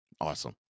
Awesome